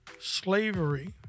slavery